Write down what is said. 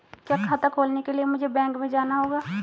क्या खाता खोलने के लिए मुझे बैंक में जाना होगा?